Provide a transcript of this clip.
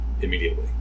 immediately